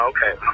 Okay